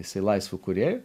jisai laisvu kūrėju